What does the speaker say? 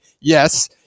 Yes